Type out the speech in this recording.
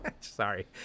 Sorry